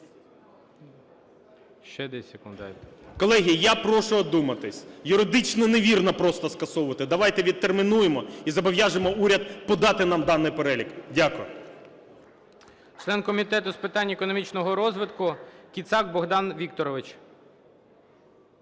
Колеги, я прошу одуматися. Юридично невірно просто скасовувати, давайте відтермінуємо і зобов'яжемо уряд подати нам даний перелік. Дякую.